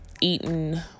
eaten